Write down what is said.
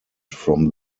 from